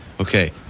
Okay